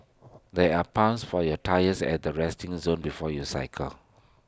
there are pumps for your tyres at the resting zone before you cycle